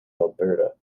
alberta